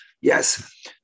Yes